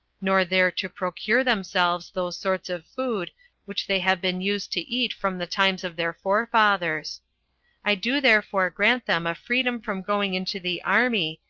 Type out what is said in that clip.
nor there to procure themselves those sorts of food which they have been used to eat from the times of their forefathers i do therefore grant them a freedom from going into the army,